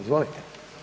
Izvolite.